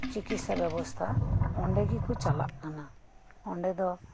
ᱪᱤᱠᱤᱥᱥᱟ ᱵᱮᱵᱚᱥᱛᱟ ᱚᱸᱰᱮ ᱜᱮᱠᱚ ᱪᱟᱞᱟᱜ ᱠᱟᱱᱟ ᱚᱸᱰᱮ ᱫᱚ